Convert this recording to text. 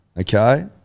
Okay